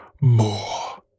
more